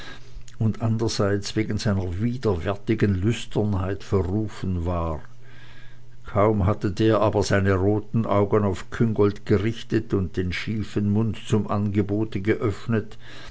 und anderseits wegen seiner widerwärtigen lüsternheit verrufen war kaum hatte der aber seine roten augen auf küngolt gerichtet und den schiefen mund zum angebote geöffnet